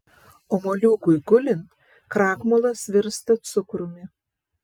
o moliūgui gulint krakmolas virsta cukrumi